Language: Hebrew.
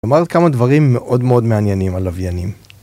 אמרת כמה דברים מאוד מאוד מעניינים על לוויינים.